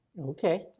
okay